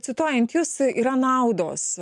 cituojant jus yra naudos